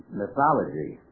mythology